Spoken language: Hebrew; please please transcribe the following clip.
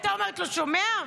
הייתה אומרת לו: שומע?